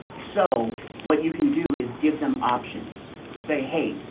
so what you can do is give them options. say, hey,